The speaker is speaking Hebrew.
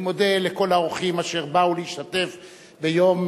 אני מודה לכל האורחים אשר באו להשתתף ביום